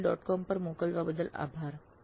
com પર મોકલાવ બદલ આભાર